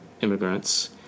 immigrants